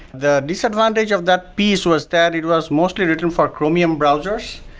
the disadvantage of that piece was that it was mostly written for chromium browsers.